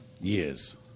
years